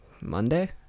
Monday